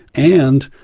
and,